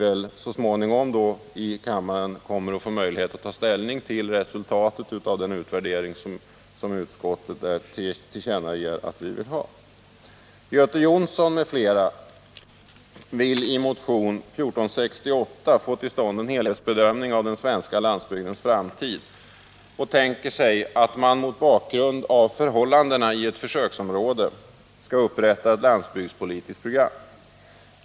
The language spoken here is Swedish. Senare under detta riksmöte får vi ju här i kammaren möjlighet att ta ställning till regeringens förslag på den punkten med anledning av resultatet av en utvärdering. I motion 1468 av Göte Jonsson m.fl. vill motionärerna få till stånd en helhetsbedömning av den svenska landsbygdens framtid och tänker sig att man mot bakgrund av förhållandena i ett försöksområde skall upprätta ett landsbygdspolitiskt program.